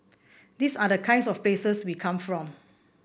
these are the kinds of places we come from